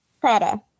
Prada